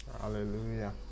hallelujah